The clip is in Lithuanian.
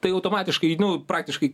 tai automatiškai nu praktiškai